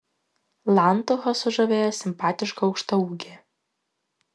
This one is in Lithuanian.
lantuchą sužavėjo simpatiška aukštaūgė